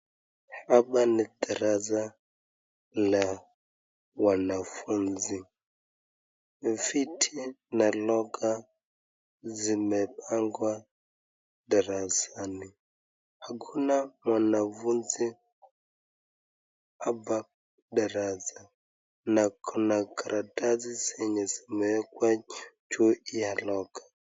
Hapa ni darasa la wanafunzi. Viti na loga zomepangwa darasani. Hakuna mwanafunzi hapa darasa na kuna karatasi zenye zimewekwa juu ya loga.